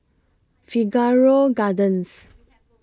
Figaro Gardens